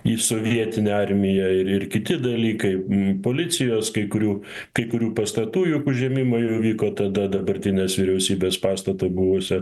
į sovietinę armiją ir ir kiti dalykai policijos kai kurių kai kurių pastatų juk užėmimai įvyko tada dabartinės vyriausybės pastato buvusio